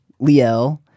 Liel